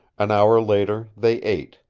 an hour later they ate,